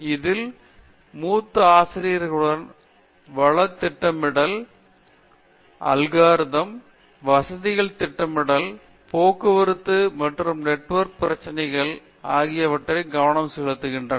இதில் மூத்த ஆசிரியர்களும் வள திட்டமிடல் அல்காரிதம் வசதிகள் திட்டமிடல் போக்குவரத்து மற்றும் நெட்வொர்க் பிரச்சினைகள் ஆகியவற்றில் கவனம் செலுத்தியுள்ளனர்